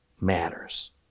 matters